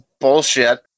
bullshit